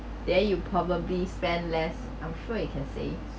then you probably spend less I'm sure you can save